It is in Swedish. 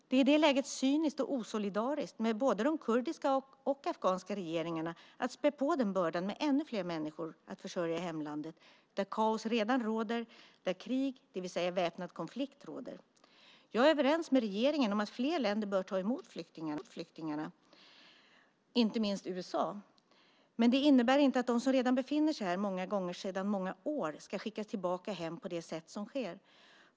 Det är i det läget cyniskt och osolidariskt med både den kurdiska och den afghanska regeringen att späda på den bördan med ännu fler människor att försörja i hemlandet, där kaos redan råder, där krig, det vill säga väpnad konflikt, råder. Jag är överens med regeringen om att fler länder bör ta emot flyktingar, inte minst USA, men det innebär inte att de som redan befinner sig här, många gånger sedan många år, ska skickas tillbaka hem på det sätt som sker.